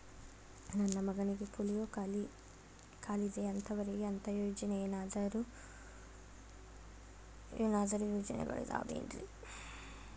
ನನ್ನ ಮಗನಿಗ ಪೋಲಿಯೋ ಕಾಲಿದೆ ಅಂತವರಿಗ ಅಂತ ಏನಾದರೂ ಯೋಜನೆಗಳಿದಾವೇನ್ರಿ?